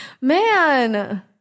man